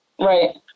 Right